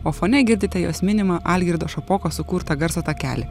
o fone girdite jos minimą algirdo šapokos sukurtą garso takelį